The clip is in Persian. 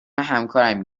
همکاران